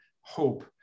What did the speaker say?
hope